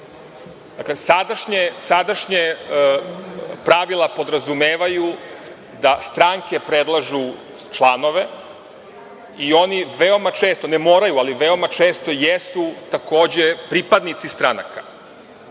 stranaka. Sadašnja pravila podrazumevaju da stranke predlažu članove i oni veoma često, ne moraju, ali veoma često jesu takođe pripadnici stranaka,